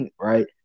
right